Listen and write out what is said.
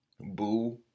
boo